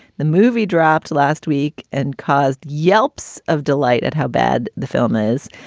the movie dropped last week and caused yelps of delight at how bad the film is.